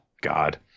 God